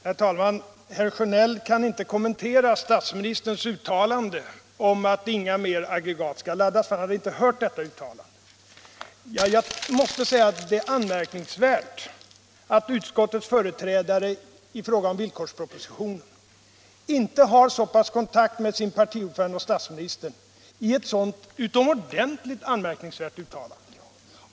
Herr talman! Herr Sjönell kan inte kommentera statsministerns uttalande om att inga mer aggregat skall laddas, för han hade inte hört detta uttalande. Jag måste säga att det är anmärkningsvärt att utskottets företrädare i fråga om villkorspropositionen inte har så pass mycket kontakt med partiordföranden och statsministern när det gäller ett så utomordentligt anmärkningsvärt uttalande.